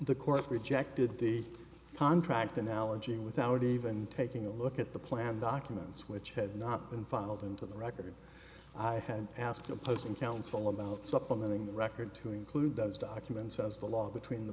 the court rejected the contract analogy without even taking a look at the plan documents which had not been filed into the record i had asked opposing counsel about supplementing the record to include those documents as the law between the